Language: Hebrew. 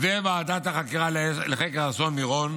וועדת החקירה לחקר אסון מירון,